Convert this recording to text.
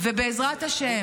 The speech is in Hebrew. ובעזרת השם,